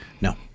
No